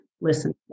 Listen